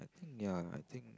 ya I think